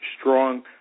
strong